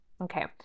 Okay